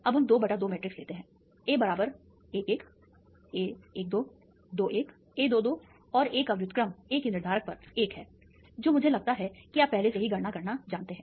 अब हम 2 बटा 2 मैट्रिक्स लेते हैं A बराबर 11 a12 21 a22 और A का व्युत्क्रम A के निर्धारक पर 1 है जो मुझे लगता है कि आप पहले से ही गणना करना जानते हैं